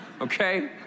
Okay